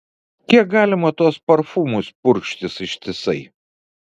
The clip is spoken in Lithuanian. kiek galima tuos parfumus purkštis ištisai